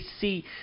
see